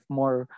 more